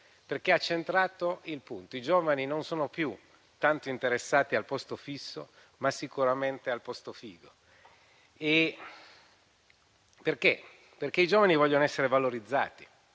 perché ha centrato il punto: i giovani non sono più tanto interessati al posto fisso, ma sicuramente al posto "figo", perché vogliono essere valorizzati,